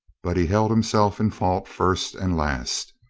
but he held himself in fault first and last.